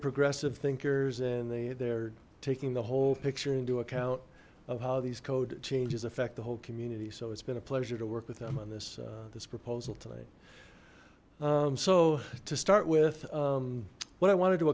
progressive thinkers and they they're taking the whole picture into account of how these code changes affect the whole community so it's been a pleasure to work with them on this this proposal tonight so to start with what i wanted to